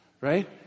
right